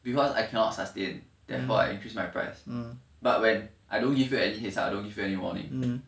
because I cannot sustain therefore I increase my price but when I don't give you any hint I don't give you any warning